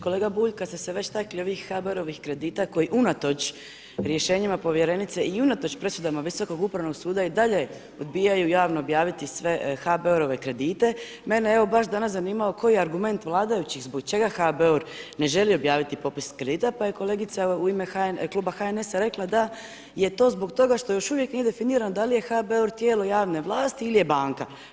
Kolega Bulj, kad ste se već takli ovih HBOR-ovim kredita koji unatoč rješenjima povjerenice i unatoč presudama visokog upravnog suda i dalje odbijaju javno objaviti sve HBOR-ove kredite, mene evo baš danas zanimalo koji argument vladajućih, zbog čega HBOR ne želi objaviti popis kredita, pa je kolegica u ime Kluba HNS-a rekla da je to zbog toga što još uvijek nije definirano da li HBOR tijelo javne vlasti ili je banka.